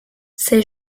c’est